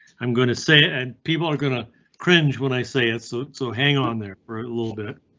i'm going to say, and people are going to cringe when i say it so. so hang on there for a little bit.